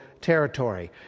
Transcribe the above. territory